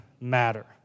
matter